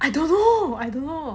I don't know I don't know